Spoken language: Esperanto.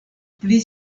pli